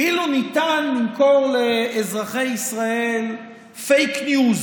כאילו ניתן למכור לאזרחי ישראל פייק ניוז